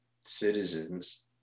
citizens